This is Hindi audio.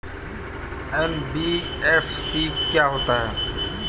एन.बी.एफ.सी क्या होता है?